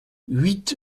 huit